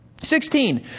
Sixteen